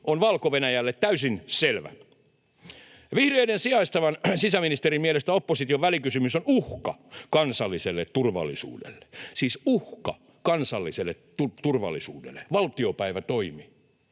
on Valko-Venäjälle täysin selvä. Vihreiden sijaistavan sisäministerin mielestä opposition välikysymys on uhka kansalliselle turvallisuudelle, siis uhka kansalliselle turvallisuudelle — valtiopäivätoimi.